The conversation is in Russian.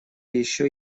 еще